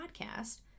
podcast